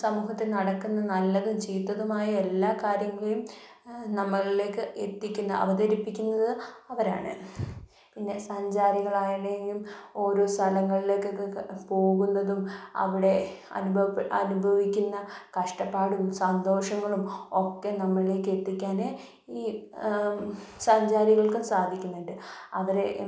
സമൂഹത്തിൽ നടക്കുന്ന നല്ലതും ചീത്തതുമായ എല്ലാ കാര്യങ്ങളും നമ്മളിലേക്ക് എത്തിക്കുന്ന അവതരിപ്പിക്കുന്നത് അവരാണ് പിന്നെ സഞ്ചാരികളാണെങ്കിലും ഓരോ സ്ഥലങ്ങളിലേക്കൊക്കെ പോകുന്നതും അവിടെ അനുഭവിക്കുന്ന കഷ്ടപ്പാടും സന്തോഷങ്ങളും ഒക്കെ നമ്മളിലേക്ക് എത്തിക്കാൻ ഈ സഞ്ചാരികൾക്ക് സാധിക്കുന്നുണ്ട് അവരെ